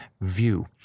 view